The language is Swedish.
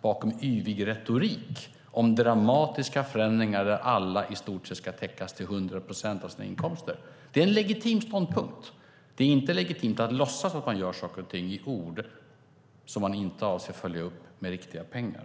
bakom sin yviga retorik om dramatiska förändringar, där alla i stort sett ska få 100 procent av sina inkomster täckta. Detta är en legitim ståndpunkt. Men det är inte legitimt att i ord låtsas att man gör saker och ting som man inte avser att följa upp med riktiga pengar.